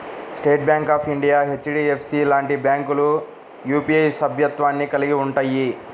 state Bank of India, HDFC లాంటి బ్యాంకులు UPI సభ్యత్వాన్ని కలిగి ఉంటయ్యి